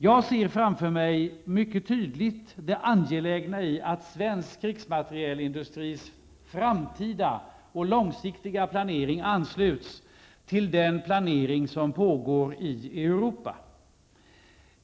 Jag kan bara se att det är mycket angeläget att den svenska krigsmaterielindustrins framtid och långsiktiga planering ansluts till den planering som pågår i Europa.